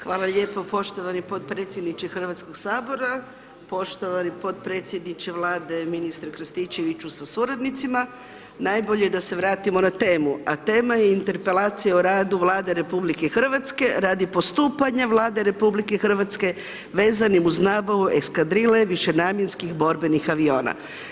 Hvala lijepo poštovani potpredsjedniče HS, poštovani potpredsjedniče Vlade ministra Krstičeviću sa suradnicima, najbolje da se vratimo na temu, a tema je interpelacija o radu Vlade RH, radi postupanja Vlade RH vezanim uz nabavu eskadrile višenamjenskih borbenih aviona.